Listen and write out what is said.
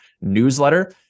newsletter